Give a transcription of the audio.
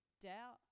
doubt